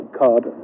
card